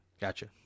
Gotcha